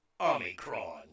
Omicron